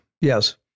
yes